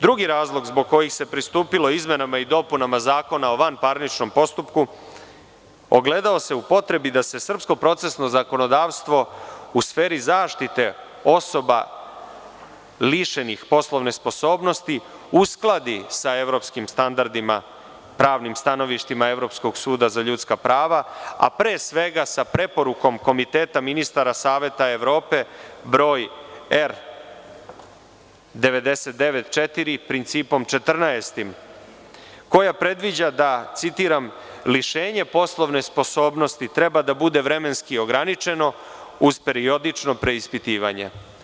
Drugi razlog zbog kojih se pristupilo izmenama i dopunama Zakona o vanparničnom postupku ogledao se u potrebi da se srpsko procesno zakonodavstvo u sferi zaštite osoba lišenih poslovne sposobnosti uskladi sa evropskim standardima, pravnim stanovištima Evropskog suda za ljudska prava, a pre svega sa preporukom Komiteta ministara Saveta Evrope, broj R-994, principom 14, koja predviđa da, citiram, lišenje poslovne sposobnosti treba da bude vremenski ograničeno uz periodično preispitivanje.